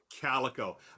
calico